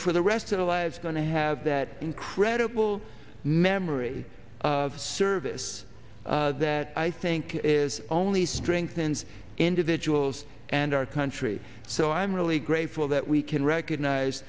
for the rest of our lives going to have that incredible memory of service that i think is only strengthens individuals and our country so i'm really grateful that we can recognize